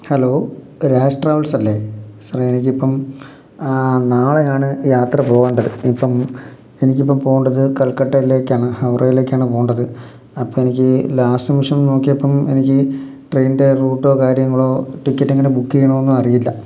hello Raj travels അല്ലേ sir എനിക്ക് ഇപ്പം നാളെയാണ് യാത്ര പോകേണ്ടത് ഇപ്പം എനിക്ക് ഇപ്പം പോകേണ്ടത് കൽക്കട്ടയിലേക്കാണ് ഹൗറയിലേക്കാണ് പോകേണ്ടത് അപ്പം എനിക്ക് ലാസ്റ്റ് നിമിഷം നോക്കിയപ്പം എനിക്ക് ട്രെയിനിൻ്റെ റൂട്ടോ കാര്യങ്ങളോ ടിക്കറ്റ് എങ്ങനെ ബുക്ക് ചെയ്യണമെന്നൊന്നും അറിയില്ല